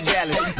Dallas